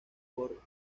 por